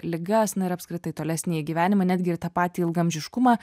ligas na ir apskritai tolesnį gyvenimą netgi ir tą patį ilgaamžiškumą